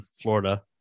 Florida